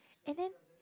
and then